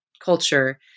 culture